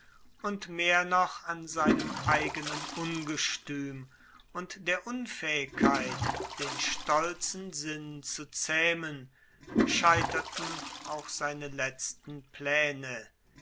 und mehr noch an seinem eigenen ungestuem und der unfaehigkeit den stolzen sinn zu zaehmen scheiterten auch seine letzten plaene